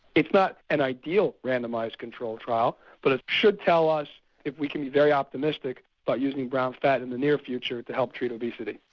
it's not an ideal randomised control trial but it should tell us if we can be very optimistic about using brown fat in the near future to help treat obesity.